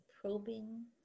probing